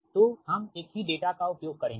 तो हम एक ही डेटा का उपयोग करेंगे